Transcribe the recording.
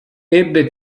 ebbe